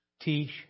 teach